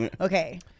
Okay